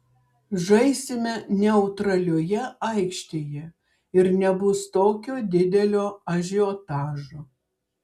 žaisime neutralioje aikštėje ir nebus tokio didelio ažiotažo